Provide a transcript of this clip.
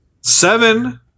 seven